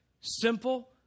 Simple